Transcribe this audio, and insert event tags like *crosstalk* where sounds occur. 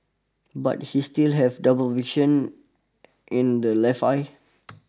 but he still have double vision in the left eye *noise*